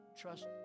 trust